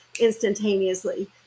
instantaneously